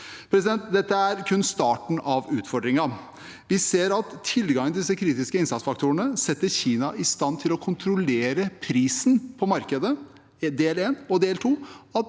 Dette er kun starten på utfordringen. Vi ser at tilgangen til disse kritiske innsatsfaktorene setter Kina i stand til å kontrollere prisen på markedet, det er del